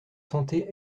santé